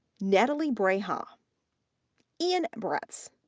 natalie brejcha, um ian bretz,